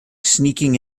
sneaking